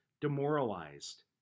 demoralized